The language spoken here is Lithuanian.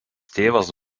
tėvas